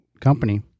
company